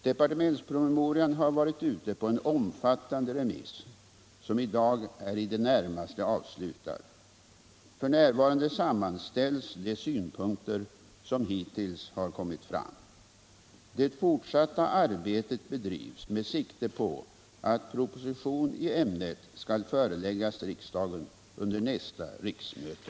Departementspromemorian har varit ute på en omfattande remiss som i dag är i det närmaste avslutad. F. n. sammanställs de synpunkter som hittills har kommit fram. Det fortsatta arbetet bedrivs med sikte på att proposition i ämnet skall föreläggas riksdagen under nästa riksmöte.